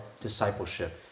discipleship